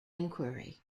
inquiry